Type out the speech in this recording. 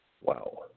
Wow